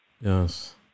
Yes